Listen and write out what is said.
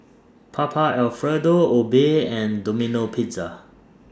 Papa Alfredo Obey and Domino Pizza